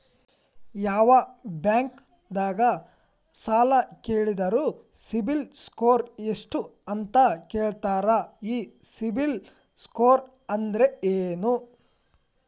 ಯಾವ ಬ್ಯಾಂಕ್ ದಾಗ ಸಾಲ ಕೇಳಿದರು ಸಿಬಿಲ್ ಸ್ಕೋರ್ ಎಷ್ಟು ಅಂತ ಕೇಳತಾರ, ಈ ಸಿಬಿಲ್ ಸ್ಕೋರ್ ಅಂದ್ರೆ ಏನ್ರಿ?